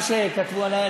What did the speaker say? מה שכתבו עלי,